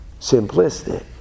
simplistic